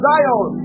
Zion